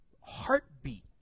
heartbeat